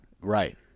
right